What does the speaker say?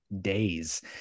days